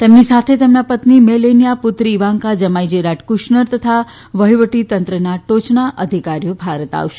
તેમની સાથે તેમના પત્ની મેલેનીયા પુત્રી ઇવાન્કા જમાઇ જેરાડ કુશનર તથા વહિવટીતંત્રના ટોયના અધિકારીઓ ભારત આવશે